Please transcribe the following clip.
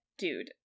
Dude